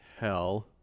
hell